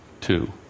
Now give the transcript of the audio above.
two